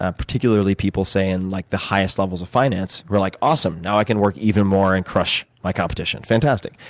ah particularly people saying like, the highest levels of finance were like awesome. now, i can work even more and crush my competition. fantastic.